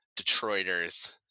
detroiters